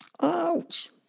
Ouch